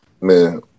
Man